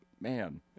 man